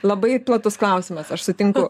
labai platus klausimas aš sutinku